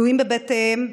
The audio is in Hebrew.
כלואים בבתיהם,